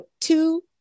Two